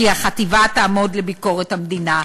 כי החטיבה תעמוד לביקורת המדינה.